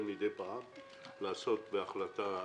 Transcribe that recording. מי פעם השתדל מדי פעם לעשות בהחלטה נקודתית,